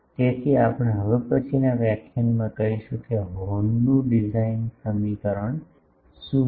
તેથી આપણે હવે પછીનાં વ્યાખ્યાનમાં કહીશું કે હોર્નનું ડિઝાઇન સમીકરણ શું છે